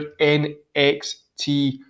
NXT